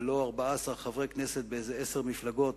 ולא 14 חברי כנסת באיזה עשר מפלגות,